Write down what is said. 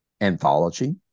anthology